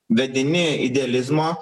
vedini idealizmo